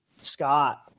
Scott